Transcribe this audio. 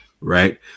right